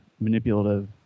manipulative